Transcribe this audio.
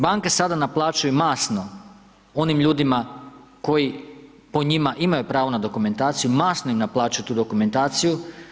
Banke sada naplaćuju masno onim ljudima koji po njima, imaju pravo na dokumentaciju, masno im naplaćuju tu dokumentaciju.